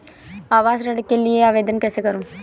आवास ऋण के लिए आवेदन कैसे करुँ?